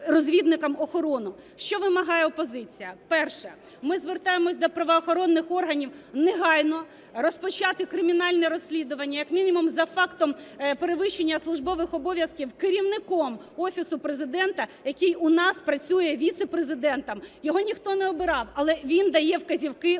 Що вимагає опозиція? Перше. Ми звертаємося до правоохоронних органів негайно розпочати кримінальне розслідування, як мінімум, за фактом перевищення службових обов'язків Керівником Офісу Президента, який у нас працює віцепрезидентом, його ніхто не обирав, але він дає вказівки українським